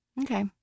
Okay